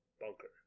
bunker